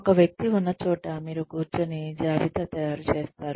ఒక వ్యక్తి ఉన్నచోట మీరు కూర్చుని జాబితా తయారు చేస్తారు